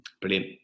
Brilliant